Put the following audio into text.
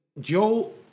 Joe